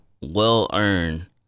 well-earned